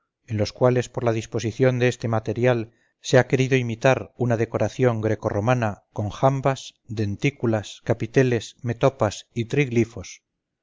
en los cuales por la disposición de este material se ha querido imitar una decoración greco romana con jambas dentículas capiteles metopas y